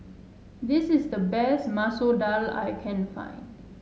this is the best Masoor Dal I can find